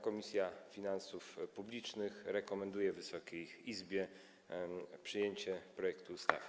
Komisja Finansów Publicznych rekomenduje Wysokiej Izbie przyjęcie projektu ustawy.